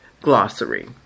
glossary